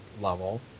level